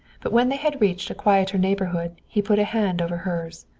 but when they had reached a quieter neighborhood he put a hand over hers.